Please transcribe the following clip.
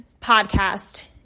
podcast